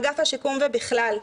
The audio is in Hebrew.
אגף השיקום ובכלל,